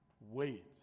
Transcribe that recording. wait